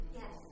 Yes